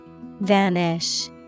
vanish